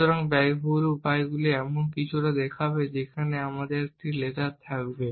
সুতরাং ব্যয়বহুল উপায়গুলি এমন কিছু দেখাবে যেখানে আমাদের একটি লেজার থাকবে